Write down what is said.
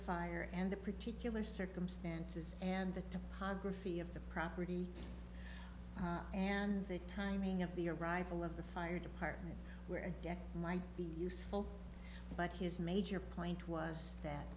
fire and the particular circumstances and the topography of the property and the timing of the arrival of the fire department where that might be useful but his major point was that